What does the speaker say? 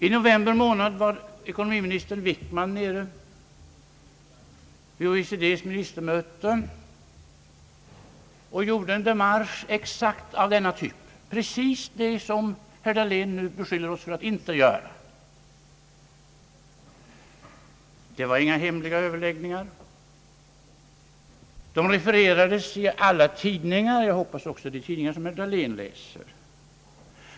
I november månad var ekonomiminister Wickman nere vid OECD:s ministermöte och gjorde en demarche exakt av denna typ — precis det som herr Dahlén nu beskyller oss för att inte göra. Det var inga hemliga överläggningar. De refererades i alla tidningar — jag hoppas också i de tidningar som herr Dahlén läser.